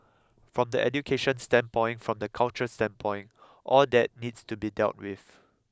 from the education standpoint from the culture standpoint all that needs to be dealt with